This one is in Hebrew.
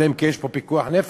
אלא אם כן יש פיקוח נפש.